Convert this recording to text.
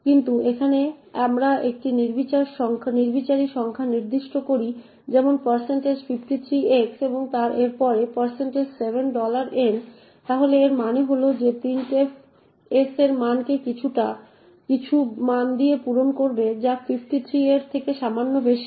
কিন্তু এখানে আমরা একটি নির্বিচারী সংখ্যা নির্দিষ্ট করি যেমন 53x এর পরে 7n তাহলে এর মানে হল যে printf s এর মানকে কিছু মান দিয়ে পূরণ করবে যা 53 এর থেকে সামান্য বেশি